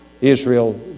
Israel